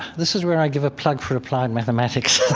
this is where i give a plug for applied mathematics